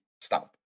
stop